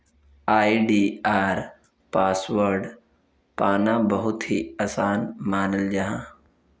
आई.डी.आर password पाना बहुत ही आसान मानाल जाहा